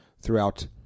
throughout